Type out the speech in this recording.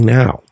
now